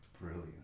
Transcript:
Brilliant